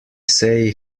say